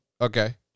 Okay